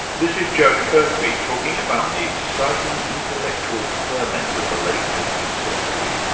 this is joan kirkby talking about the exciting intellectual ferment of the late eighteenth century,